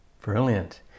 brilliant